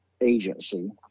agency